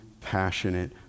passionate